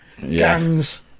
Gangs